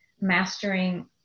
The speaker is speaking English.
mastering